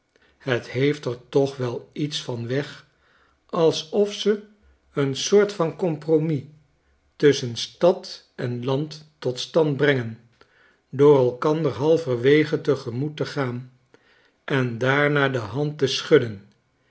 het heeft er toch wel iets van weg alsof ze een soort van compromis tusschen stad en land tot stand brengen door elkander halverwege te gemoet te gaan en daarna de hand te schudden